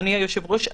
אדוני היושב-ראש,